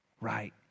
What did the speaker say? right